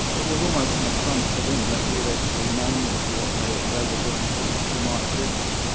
it was almost an affront to them that we'd actually named them for what they they were doing to to my people.